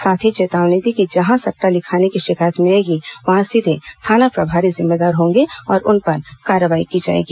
साथ ही चेतावनी दी कि जहां सद्दा लिखाने की शिकायत मिलेगी वहां सीधे थाना प्रभारी जिम्मेदार होंगे और उन पर कार्रवाई की जाएगी